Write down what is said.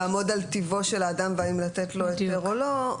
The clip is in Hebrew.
שצריכים לעמוד על טיבו של אדם ולהחליט אם לתת לו היתר או לא.